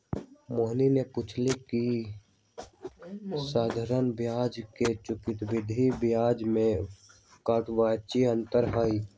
मोहिनी ने पूछल कई की साधारण ब्याज एवं चक्रवृद्धि ब्याज में काऊची अंतर हई?